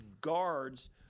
guards